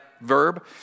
verb